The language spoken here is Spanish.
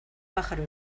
pájaro